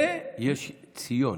יש ציון.